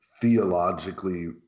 theologically